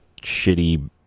shitty